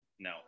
No